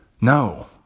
No